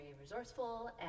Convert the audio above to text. resourceful